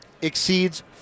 exceeds